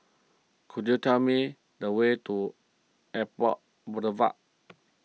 could you tell me the way to Airport Boulevard